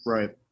Right